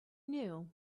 knew